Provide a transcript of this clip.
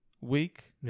week